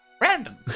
Random